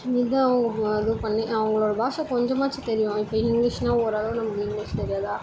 இதாகும் அது பண்ணி அவங்களோட பாஷை கொஞ்சமாச்சும் தெரியும் இப்போ இங்கிலீஷ்னால் ஓரளவு நம்மளுக்கு இங்கிலீஷ் தெரியாதா